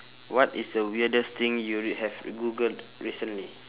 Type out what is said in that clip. what is the weirdest thing you have googled recently